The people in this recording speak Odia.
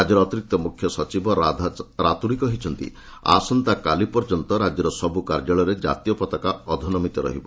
ରାଜ୍ୟର ଅତିରିକ୍ତ ମୁଖ୍ୟ ସଚିବ ରାଧା ରାତୁରୀ କହିଛନ୍ତି ଆସନ୍ତାକାଲି ପର୍ଯ୍ୟନ୍ତ ରାଜ୍ୟର ସବୁ କାର୍ଯ୍ୟାଳୟରେ ଜାତୀୟ ପତାକା ଅଧନମିତ ରହିବ